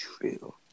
True